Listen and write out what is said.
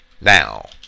Now